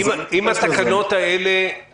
אם התקנות האלה